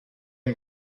une